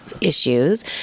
issues